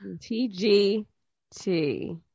T-G-T